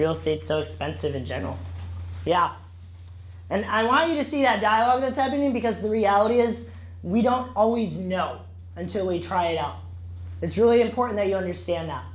real said so expensive in general the out and i want you to see that dialogue is happening because the reality is we don't always know until we try it out it's really important to understand that